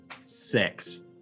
Six